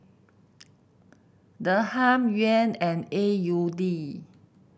Dirham Yuan and A U D